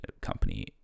company